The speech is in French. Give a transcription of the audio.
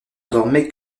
dormaient